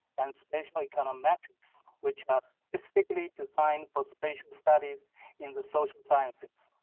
and spatial econometrics which has specifically designed for spatial studies in the social sciences.